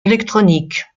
électroniques